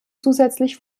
zusätzlich